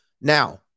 Now